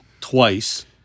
twice